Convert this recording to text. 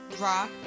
rock